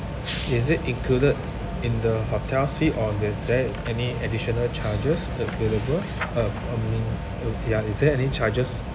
is it included in the hotel's fee or is there any additional charges available um um oh ya is there any charges